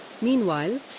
Meanwhile